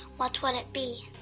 what would it be?